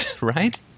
right